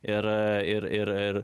ir ir